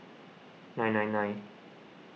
nine nine nine